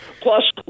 Plus